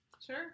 sure